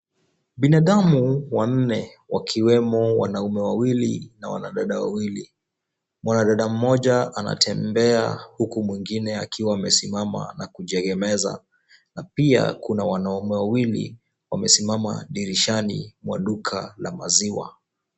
Binadamu wanne wakiwemo wanaume wawili na wanadada wawili. Mwanadada mmoja anatembea huku mwingine akiwa amesimama na kujiegemeza na pia kuna wanaume wawili wamesimama dirishani mwa duka la maziwa.